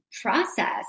process